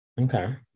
Okay